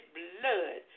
blood